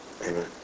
Amen